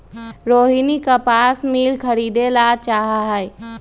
रोहिनी कपास मिल खरीदे ला चाहा हई